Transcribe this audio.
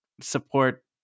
support